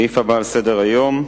הסעיף הבא על סדר-היום הוא